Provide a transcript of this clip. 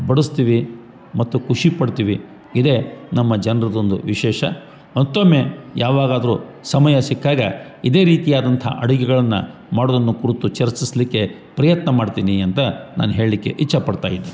ಬಡಸ್ತೀವಿ ಮತ್ತು ಖುಷಿಪಡ್ತಿವಿ ಇದೆ ನಮ್ಮ ಜನರದೊಂದು ವಿಶೇಷ ಮತ್ತೊಮ್ಮೆ ಯಾವಾಗಾದರು ಸಮಯ ಸಿಕ್ಕಾಗ ಇದೇ ರೀತಿಯಾದಂಥ ಅಡುಗೆಗಳನ್ನು ಮಾಡೋದನ್ನು ಕುರ್ತು ಚರ್ಚಿಸಲ್ಲಿಕ್ಕೆ ಪ್ರಯತ್ನ ಮಾಡ್ತೀನಿ ಅಂತ ನಾನು ಹೇಳಲ್ಲಿಕ್ಕೆ ಇಚ್ಚಪಡ್ತಾ ಇದ್ದೀನಿ